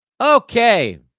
okay